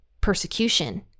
persecution